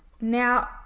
now